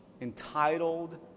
entitled